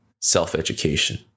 self-education